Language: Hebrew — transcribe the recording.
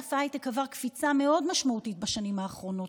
ענף ההייטק עבר קפיצה מאוד משמעותית בשנים האחרונות,